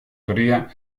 teoría